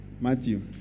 Matthew